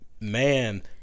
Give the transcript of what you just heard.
man